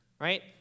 right